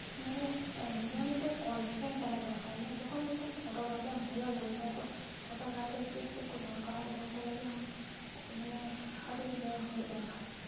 ᱢᱟᱱᱮ ᱱᱤᱡᱮᱨᱟᱜ ᱦᱚᱸ ᱢᱤᱫᱴᱮᱱ ᱠᱚᱱᱯᱷᱤᱰᱮᱱᱥ ᱛᱟᱦᱮᱱ ᱫᱚᱨᱠᱟᱨ ᱢᱟᱱᱮ ᱡᱚᱠᱷᱚᱱ ᱢᱤᱫᱴᱮᱱ ᱯᱷᱚᱴᱳᱜᱨᱟᱯᱷᱤᱢ ᱦᱩᱭᱩᱜᱼᱟ ᱢᱟᱱᱮ ᱯᱷᱚᱴᱳᱜᱨᱟᱯᱷᱤ ᱪᱮᱫ ᱪᱮᱫ ᱠᱚ ᱫᱚᱨᱠᱟᱨᱟ ᱚᱱᱟ ᱠᱚ ᱞᱟᱹᱜᱤᱫ ᱟᱢ ᱢᱟᱱᱮ ᱟᱹᱰᱤ ᱤᱭᱟᱹ ᱦᱩᱭᱩᱜ ᱫᱚᱨᱠᱟᱨ